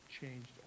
changed